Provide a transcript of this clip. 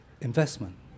investment